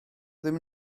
ddim